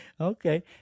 Okay